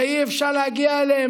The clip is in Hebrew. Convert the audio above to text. ואי-אפשר להגיע אליהם.